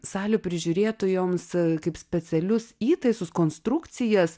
salių prižiūrėtojoms kaip specialius įtaisus konstrukcijas